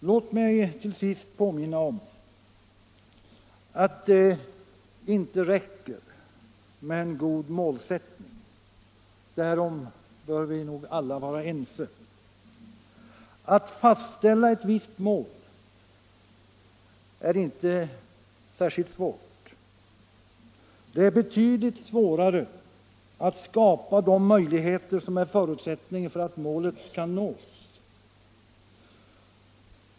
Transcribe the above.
Låt mig till sist påminna om att det inte räcker med en god målsättning. Därom bör vi nog alla vara ense. Att fastställa ett visst mål är inte särskilt svårt. Det är betydligt svårare att skapa de möjligheter som är förutsättningen för att målet skall nås.